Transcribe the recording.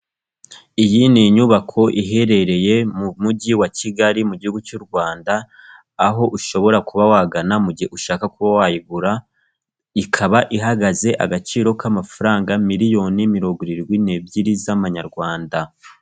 Iyi ni inyubako iherereye mu mujyi wa Kigali mu gihugu cy'u Rwanda aho ushobora kuba wagana mu gihe ushaka kuba wayigura ikaba ihagaze agaciro k'amafaranga miliyoni mirongo irindwi n'ebyiri z'amanyarwanda.